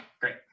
Great